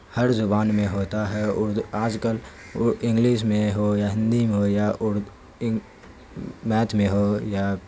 ہر زبان میں ہوتا ہے اردو آج کل انگلش میں ہو یا ہندی میں ہو یا میتھ میں ہو یا